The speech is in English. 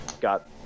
got